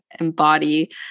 embody